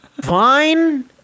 Fine